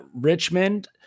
Richmond